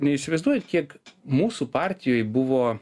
neįsivaizduojat kiek mūsų partijoj buvo